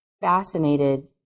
fascinated